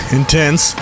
intense